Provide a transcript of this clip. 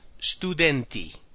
Studenti